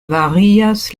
varias